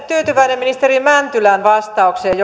tyytyväinen ministeri mäntylän vastaukseen